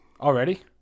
Already